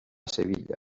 sevilla